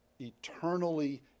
eternally